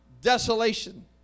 desolation